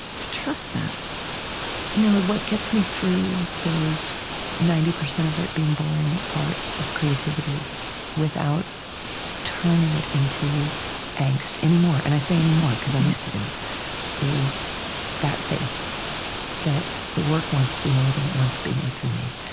to trust that you know what gets me through those ninety percent of it being boring parts of creativity without turning it into angst anymore and i say anymore because i used to do it is that faith that the work wants to be made, made, and it wants to be made through me.